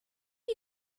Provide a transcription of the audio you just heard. you